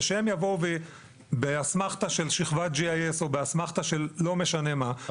ושהם יבואו ובאסמכתה של שכבת GIS או באסמכתה של לא משנה מה,